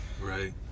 Right